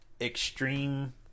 Extreme